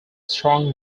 strong